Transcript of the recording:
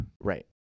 right